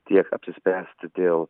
tiek apsispręsti dėl